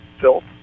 filth